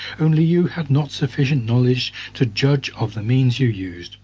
only you had not sufficient knowledge to judge of the means you used